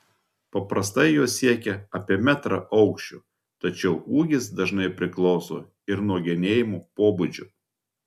paprastai jos siekia apie metrą aukščio tačiau ūgis dažnai priklauso ir nuo genėjimo pobūdžio